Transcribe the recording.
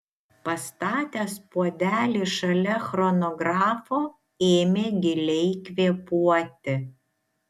pastatęs puodelį šalia chronografo ėmė giliai kvėpuoti